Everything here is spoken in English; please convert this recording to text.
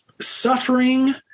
suffering